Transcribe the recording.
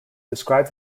described